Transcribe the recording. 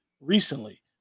recently